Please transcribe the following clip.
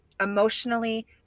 emotionally